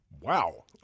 wow